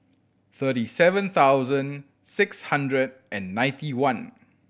thirty seven thousand six hundred and ninety one